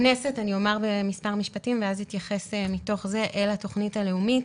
אני אומר במספר משפטים ואז אתייחס מתוך זה אל התוכנית הלאומית.